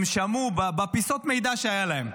הם שמעו, בפיסות מידע שהיו להם,